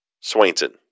Swainson